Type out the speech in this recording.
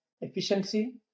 efficiency